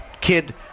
kid